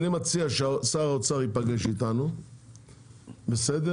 אני מציע ששר האוצר ייפגש איתנו, בסדר?